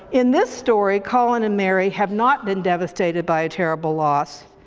in this story, colin and mary have not been devastated by a terrible loss.